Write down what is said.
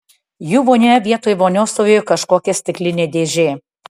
jų vonioje vietoj vonios stovėjo kažkokia stiklinė dėžė